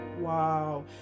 wow